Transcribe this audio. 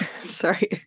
Sorry